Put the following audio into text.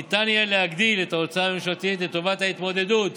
ניתן יהיה להגדיל את ההוצאה הממשלתית לטובת ההתמודדות